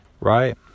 right